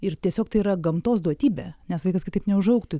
ir tiesiog tai yra gamtos duotybė nes vaikas kitaip neužaugtų